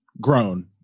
grown